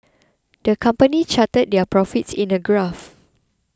the company charted their profits in a graph